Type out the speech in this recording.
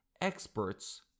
experts